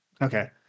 okay